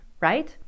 right